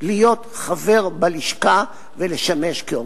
להיות חבר בלשכה ולשמש כעורך-דין.